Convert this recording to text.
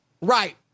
right